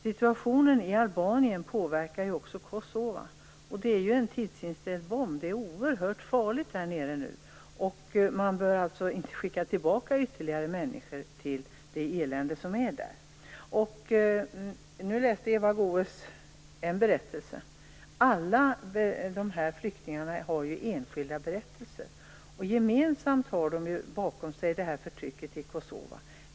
Situationen i Albanien påverkar ju också Kosova, och området är ju en tidsinställd bomb - det är oerhört farligt där nere nu. Man bör alltså inte skicka tillbaka ytterligare människor till det elände som är där. Eva Goës läste upp en berättelse. Alla dessa flyktingar har ju enskilda berättelser. Gemensamt har de bakom sig förtrycket i Kosova.